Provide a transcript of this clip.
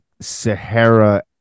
Sahara